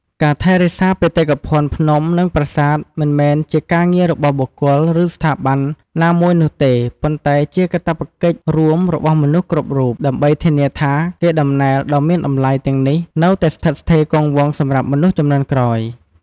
ការថែរក្សាបេតិកភណ្ឌភ្នំ និងប្រាសាទមិនមែនជាការងាររបស់បុគ្គល ឬស្ថាប័នណាមួយនោះទេ ប៉ុន្តែជាកាតព្វកិច្ចរួមរបស់មនុស្សគ្រប់រូប ដើម្បីធានាថាកេរដំណែលដ៏មានតម្លៃទាំងនេះនៅតែស្ថិតស្ថេរគង់វង្សសម្រាប់មនុស្សជំនាន់ក្រោយ។